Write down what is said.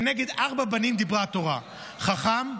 כנגד ארבעה בנים דיברה התורה: חכם,